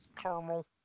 Caramel